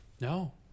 No